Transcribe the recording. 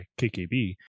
kkb